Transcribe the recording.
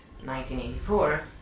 1984